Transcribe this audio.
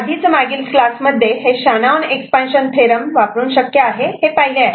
आपण आधीच मागील क्लासमध्ये हे Shannon expansion theorem Shanon's expansion theorem वापरून शक्य आहे हे पाहिले